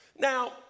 Now